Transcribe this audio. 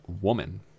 woman